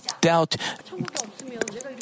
doubt